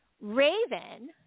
Raven